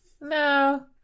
no